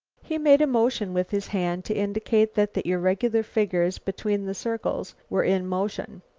he made a motion with his hand to indicate that the irregular figures between the circles were in motion.